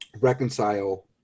reconcile